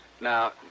Now